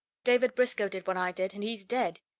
david briscoe did what i did, and he's dead.